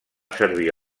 servir